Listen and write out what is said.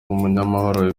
umunyamahoro